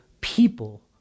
people